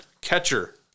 catcher